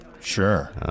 Sure